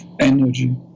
energy